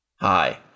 hi